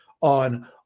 on